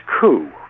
coup